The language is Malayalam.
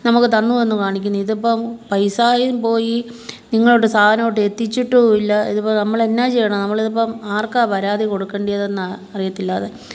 നമുക്ക് തന്നു എന്ന് കാണിക്കുന്നത് ഇതിപ്പം പൈസായും പോയി നിങ്ങളൊട്ട് സാധനം ഇവിടെ എത്തിച്ചിട്ടുല്ലാ ഇതിപ്പം നമ്മൾ എന്നാ ചെയ്യണം നമ്മളിതിപ്പം ആർക്കാണ് പരാതി കൊടുക്കണ്ടിയതെന്നാണ് അറിയത്തില്ല